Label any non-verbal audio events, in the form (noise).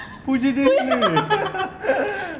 puji diri sendiri (laughs)